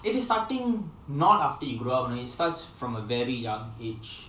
it is starting not after you grew up you know it starts from a very young age